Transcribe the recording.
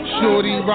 Shorty